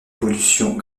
pollutions